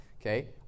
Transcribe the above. okay